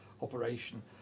operation